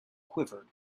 quivered